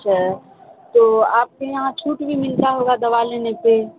اچھا تو آپ کے یہاں چھوٹ بھی ملتا ہوگا دوا لینے پہ